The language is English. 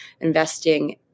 investing